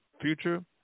future